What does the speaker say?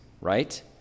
right